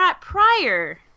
prior